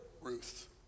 Ruth